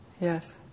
Yes